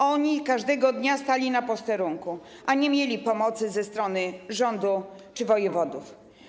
Oni każdego dnia stali na posterunku, a nie mieli pomocy ze strony rządu czy wojewody.